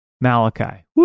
Malachi